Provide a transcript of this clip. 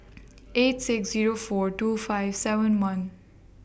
eight six Zero four two five seven one